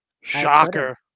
Shocker